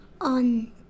on